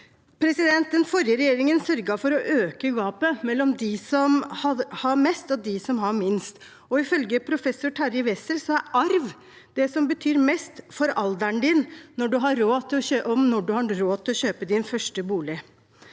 Den forrige regjeringen sørget for å øke gapet mellom dem som har mest, og dem som har minst. Ifølge professor Terje Wessel er arv det som betyr mest aldersmessig for når man har råd til å kjøpe sin første bolig,